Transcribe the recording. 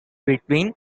between